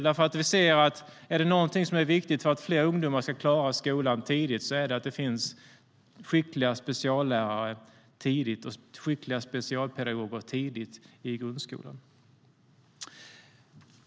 Är det något som är viktigt för att fler ungdomar ska klara skolan i tid är det att det finns skickliga speciallärare tidigt i grundskolan.